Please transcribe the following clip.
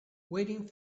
waiting